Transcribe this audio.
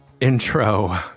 intro